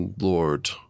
Lord